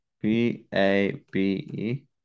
B-A-B-E